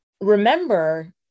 remember